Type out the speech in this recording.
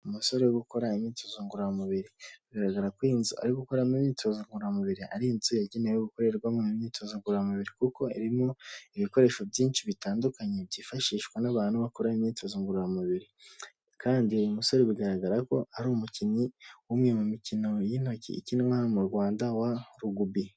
Umusore uri gukora imyitozo ngororamubiri. Bigarragara ko iyi nzu ari gukoreramo imyitozo ngororamubiri ari inzu yagenewe gukorerwamo imyitozo ngororamubiri . Kuko irimo ibikoresho byinshi bitandukanye , byifashishwa n'abantu bakora imyitozo ngororamubiri . Kandi uyu musore bigaragara ko ari umukinnyi w'umwe mu mikino y'intoki ikinwa mu Rwanda wa rugubi.